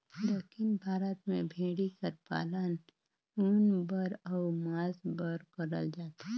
दक्खिन भारत में भेंड़ी कर पालन ऊन बर अउ मांस बर करल जाथे